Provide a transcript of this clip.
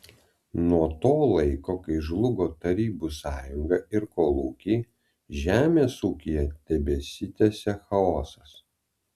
nuo to laiko kai žlugo tarybų sąjunga ir kolūkiai žemės ūkyje tebesitęsia chaosas